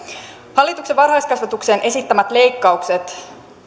hallituksen varhaiskasvatukseen esittämät leikkaukset